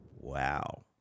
Wow